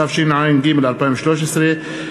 התשע"ג 2013,